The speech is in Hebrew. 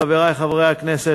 חברי חברי הכנסת,